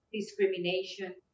discrimination